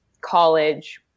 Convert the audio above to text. college